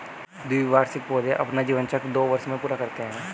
द्विवार्षिक पौधे अपना जीवन चक्र दो वर्ष में पूरा करते है